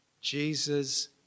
Jesus